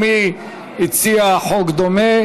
גם היא הציעה הצעת חוק דומה,